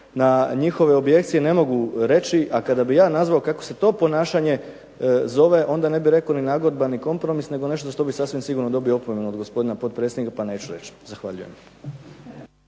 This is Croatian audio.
na njihove objekcije ne mogu reći. A kada bi ja nazvao kako se to ponašanje zove, onda ne bih rekao ni nagodba ni kompromis, nego nešto što bi sasvim sigurno dobio opomenu od gospodina potpredsjednika pa neću reći. Zahvaljujem..